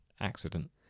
accident